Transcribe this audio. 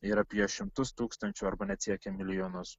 ir apie šimtus tūkstančių arba net siekia milijonus